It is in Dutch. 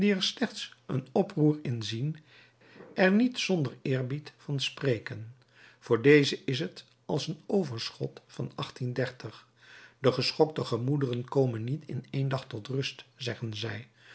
een oproer in zien er niet zondere eerbied van spreken voor dezen is t als een overschot van de geschokte gemoederen komen niet in één dag tot rust zeggen zij